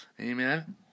Amen